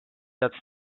teatas